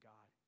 God